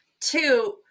Two